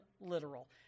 literal